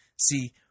See